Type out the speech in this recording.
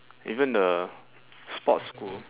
even the sports school